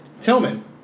Tillman